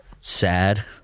sad